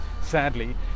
sadly